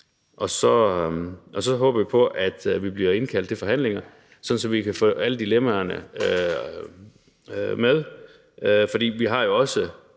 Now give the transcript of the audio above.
Og så håber vi på, at vi bliver indkaldt til forhandlinger, sådan at vi kan få alle dilemmaerne med, for vi har jo også